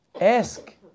Ask